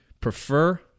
prefer